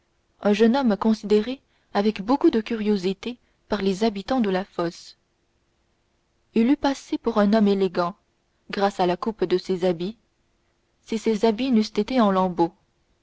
un jeune homme considéré avec beaucoup de curiosité par les habitants de la fosse il eût passé pour un homme élégant grâce à la coupe de ses habits si ces habits n'eussent été en lambeaux